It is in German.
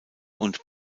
und